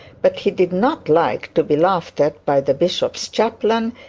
but he did not like to be laughed at by the bishop's chaplain,